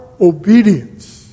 obedience